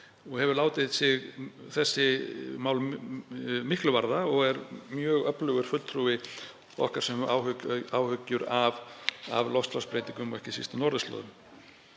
og hefur látið sig þessi mál miklu varða og er mjög öflugur fulltrúi okkar sem höfum áhyggjur af loftslagsbreytingum, og ekki síst á norðurslóðum.